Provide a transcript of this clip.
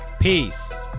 Peace